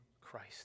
Christ